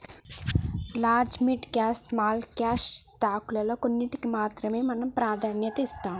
large mid cash small cash stock లో కొన్నింటికీ మాత్రమే మనం ప్రాధాన్యత ఇస్తాం